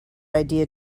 idea